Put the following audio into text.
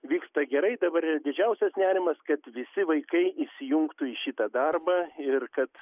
vyksta gerai dabar didžiausias nerimas kad visi vaikai įsijungtų į šitą darbą ir kad